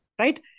right